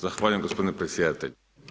Zahvaljujem gospodine predsjedatelju.